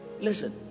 listen